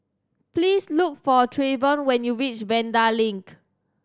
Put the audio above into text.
please look for Treyvon when you reach Vanda Link